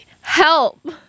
Help